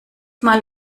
mal